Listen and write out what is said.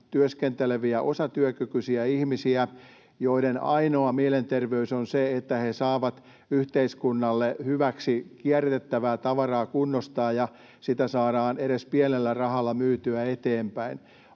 työskenteleviä osatyökykyisiä ihmisiä, joiden ainoa mielenterveys on se, että he saavat yhteiskunnan hyväksi kunnostaa kierrätettävää tavaraa, jota saadaan edes pienellä rahalla myytyä eteenpäin.